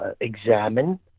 examine